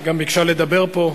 היא גם ביקשה לדבר פה,